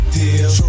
deal